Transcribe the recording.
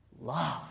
love